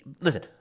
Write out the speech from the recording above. Listen